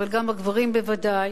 אבל גם הגברים בוודאי,